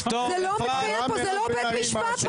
כאן זה לא בית משפט.